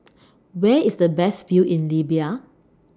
Where IS The Best View in Libya